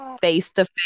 face-to-face